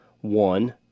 One